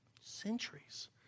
centuries